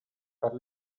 per